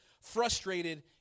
frustrated